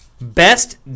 Best